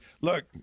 Look